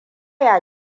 ya